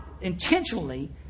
intentionally